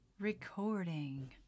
Recording